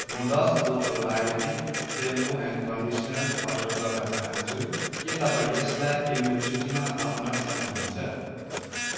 म दस बोतल Biotique shampoo and conditioner order गर्न चाहन्छु के तपाईँ यसलाई किनमेल सूचीमा थप्न सक्नुहुन्छ